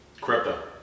Crypto